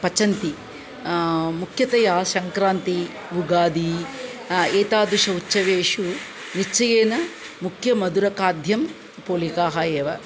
पचन्ति मुख्यतया सङ्क्रान्ति उगादी एतादृश उत्सवेषु निश्चयेन मुख्यं मधुरखाद्यं पोलिकाः एव